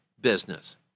business